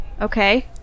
Okay